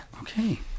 Okay